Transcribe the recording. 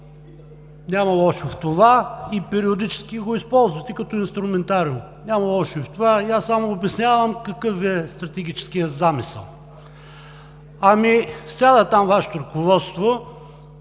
няма лошо в това, и периодически го използвате като инструментариум. Няма лошо и в това, само обяснявам какъв Ви е стратегическият замисъл. Ами, сяда там Вашето ръководство,